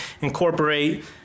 incorporate